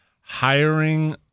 Hiring